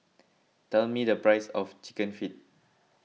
tell me the price of Chicken Feet